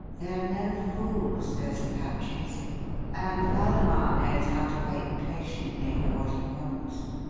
they are no fools, those apaches and waldemar knows how to wait patiently for what he wants.